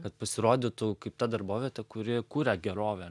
kad pasirodytų kaip ta darbovietė kuri kuria gerovę